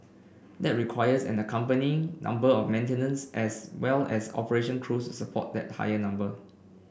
that requires an accompanying number of maintenance as well as operation crews to support that higher number